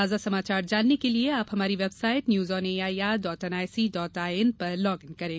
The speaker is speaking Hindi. ताजा समाचार जानने के लिए आप हमारी website news on A I R dot N I C dot I N पर लॉग इन करें